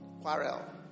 Quarrel